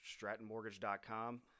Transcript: strattonmortgage.com